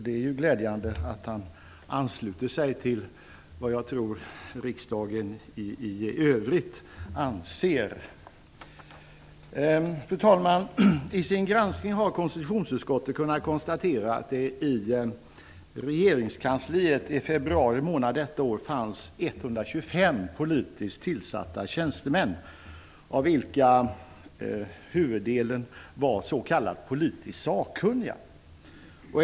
Det är glädjande att han ansluter sig till vad jag tror att riksdagen i övrigt anser. Fru talman! I sin granskning har konstitutionsutskottet kunnat konstatera att det i regeringskansliet i februari månad detta år fanns 125 politiskt tillsatta tjänstemän av vilka huvuddelen var s.k. politiskt sakkunniga.